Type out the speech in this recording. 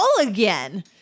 again